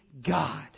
God